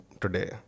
today